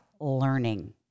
learning